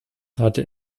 hatte